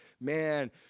man